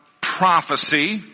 prophecy